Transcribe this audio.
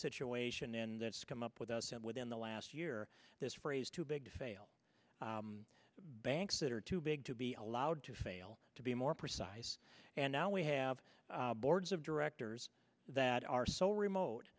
situation and that's come up with us and within the last year this phrase too big to fail banks that are too big to be allowed to fail to be more precise and now we have boards of directors that are so so remote